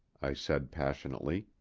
i said passionately.